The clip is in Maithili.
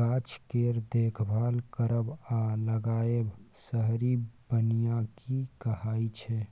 गाछ केर देखभाल करब आ लगाएब शहरी बनिकी कहाइ छै